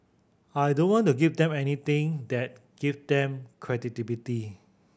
I don't want to give them anything that give them credibility